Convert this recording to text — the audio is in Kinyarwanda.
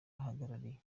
ahagarariye